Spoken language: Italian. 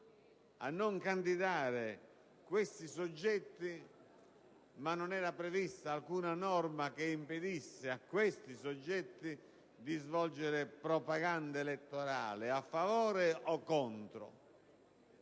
a non candidare questi soggetti, ma non era prevista alcuna norma che impedisse agli stessi di svolgere propaganda elettorale, a favore o contro.